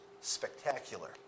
spectacular